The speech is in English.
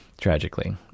Tragically